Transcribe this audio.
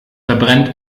verbrennt